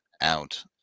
out